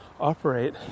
operate